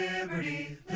Liberty